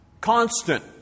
Constant